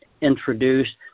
introduced